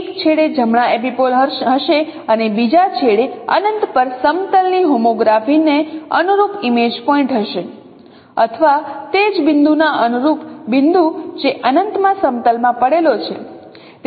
એક છેડે જમણા એપિપોલ હશે અને બીજા છેડે અનંત પર સમતલ ની હોમોગ્રાફી ને અનુરૂપ ઇમેજ પોઇન્ટ હશે અથવા તે જ બિંદુના અનુરૂપ બિંદુ જે અનંત માં સમતલ માં પડેલો છે